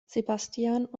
sebastian